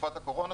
בתקופת הקורונה,